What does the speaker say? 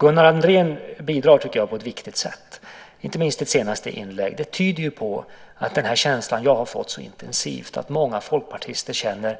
Gunnar Andrén bidrar på ett viktigt sätt, inte minst genom sitt senaste inlägg. Det styrker den intensiva känsla som jag har fått, att många folkpartister känner